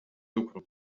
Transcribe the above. lucru